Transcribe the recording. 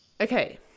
Okay